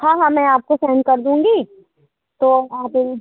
हाँ हाँ मैं आपको सेन्ड कर दूँगी तो आप